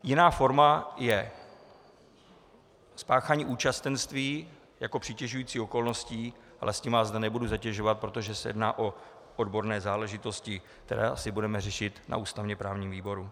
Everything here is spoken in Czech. Jiná forma je spáchání účastenství jako přitěžující okolností, ale s tím vás zde nebudu zatěžovat, protože se jedná o odborné záležitosti, které asi budeme řešit na ústavněprávním výboru.